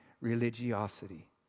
religiosity